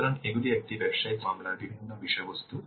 সুতরাং এগুলি একটি ব্যবসায়িক মামলার বিভিন্ন বিষয়বস্তু